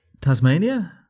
Tasmania